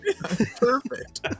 perfect